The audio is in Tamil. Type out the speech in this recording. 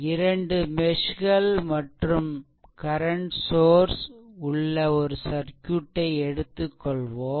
இரண்டு மெஷ்கள் மற்றும் கரண்ட் சோர்ஸ் உள்ள ஒரு சர்க்யூட்டை எடுத்துக்கொள்வோம்